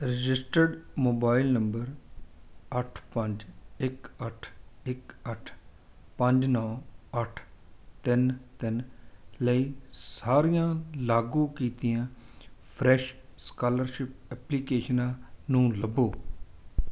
registered mobile number ਅੱਠ ਪੰਜ ਇੱਕ ਅੱਠ ਇੱਕ ਅੱਠ ਪੰਜ ਨੌ ਅੱਠ ਤਿੰਨ ਤਿੰਨ ਲਈ ਸਾਰੀਆਂ ਲਾਗੂ ਕੀਤੀਆਂ ਫਰੈਸ਼ ਸਕਾਲਰਸ਼ਿਪ ਐਪਲੀਕੇਸ਼ਨਾਂ ਨੂੰ ਲੱਭੋ